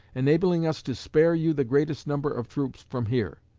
enabling us to spare you the greatest number of troops from here.